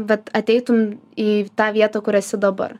vat ateitum į tą vietą kur esi dabar